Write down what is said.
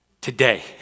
today